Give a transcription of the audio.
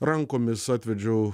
rankomis atvedžiau